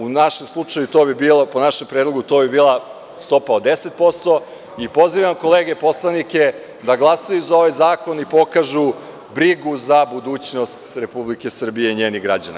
U našem slučaju to bi bilo, po našem predlogu to je bila stopa od 10% i pozivam kolege poslanike da glasaju za ovaj zakon i pokažu brigu za budućnost Republike Srbije i njenih građana.